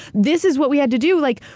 this is what we had to do. like,